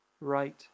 right